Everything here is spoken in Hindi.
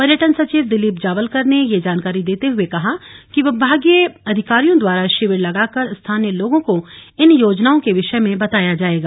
पर्यटन सचिव दिलीप जावलकर ने यह जानकारी देते हुए कहा कि विभागीय अधिकारियों द्वारा शिविर लगाकर स्थानीय लोगों को इन योजनाओं के विषय में बताया जाएगा